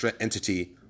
entity